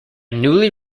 newly